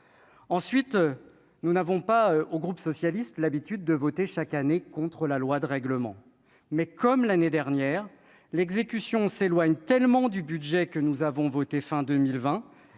ensuite, nous n'avons pas au groupe socialiste, l'habitude de voter chaque année contre la loi de règlement, mais comme l'année dernière l'exécution s'éloignent tellement du budget que nous avons votée fin 2020